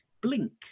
Blink